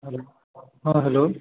हलो हँ हेलो